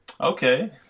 Okay